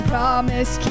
Promise